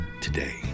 today